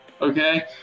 okay